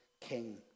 king